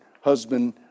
husband